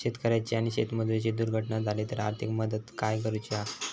शेतकऱ्याची आणि शेतमजुराची दुर्घटना झाली तर आर्थिक मदत काय करूची हा?